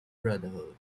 brotherhood